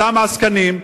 אותם עסקנים,